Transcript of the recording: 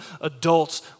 adults